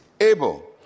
able